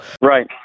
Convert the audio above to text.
Right